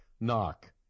knock